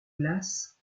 glace